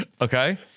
okay